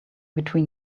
between